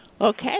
Okay